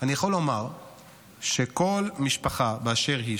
אני יכול לומר שכל משפחה באשר היא,